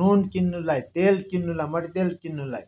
नुन किन्नुलाई तेल किन्नुलाई मट्टीतेल किन्नुलाई